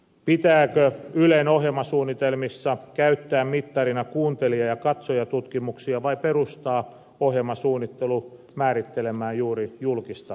pitääkö ylen ohjelmasuunnitelmissa käyttää mittarina kuuntelija ja katsojatutkimuksia vai perustaa ohjelmasuunnittelu määrittelemään juuri julkista palvelua